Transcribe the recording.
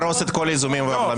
עד אז נהרוס את כל האיזונים והבלמים.